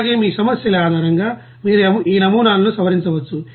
అలాగే మీ సమస్యల ఆధారంగా మీరు ఈ నమూనాలను సవరించవచ్చు